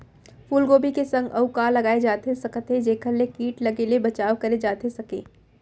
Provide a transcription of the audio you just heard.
फूलगोभी के संग अऊ का लगाए जाथे सकत हे जेखर ले किट लगे ले बचाव करे जाथे सकय?